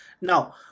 now